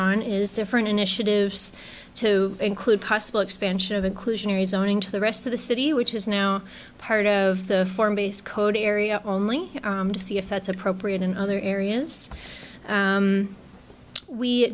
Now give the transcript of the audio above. on is different initiatives to include possible expansion of inclusionary zoning to the rest of the city which is now part of the form based code area only to see if that's appropriate in other areas